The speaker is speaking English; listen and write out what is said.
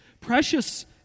Precious